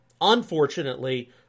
Unfortunately